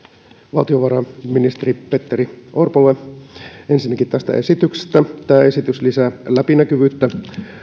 valtiovarainministeri petteri orpolle ensinnäkin tästä esityksestä tämä esitys lisää läpinäkyvyyttä